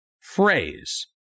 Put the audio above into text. phrase